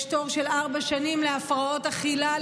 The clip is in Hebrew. יש תור של ארבע שנים לטיפול בהפרעות אכילה,